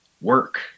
work